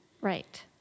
Right